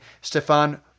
Stefan